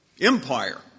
empire